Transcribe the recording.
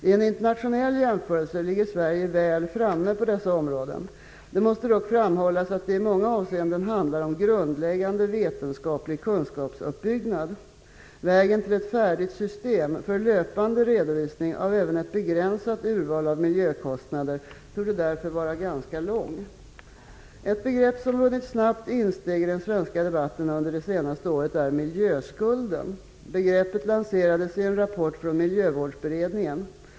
I en internationell jämförelse ligger Sverige väl framme på dessa områden. Det måste dock framhållas att det i många avseenden handlar om grundläggande vetenskaplig kunskapsuppbyggnad. Vägen till ett färdigt system för löpande redovisning av även ett begränsat urval av miljökostnader torde därför vara ganska lång. Ett begrepp som vunnit snabbt insteg i den svenska debatten under det senaste året är miljöskulden. Begreppet lanserades i en rapport från Miljövårdsberedningen.